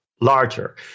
larger